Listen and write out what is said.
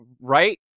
Right